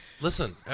Listen